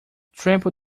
trample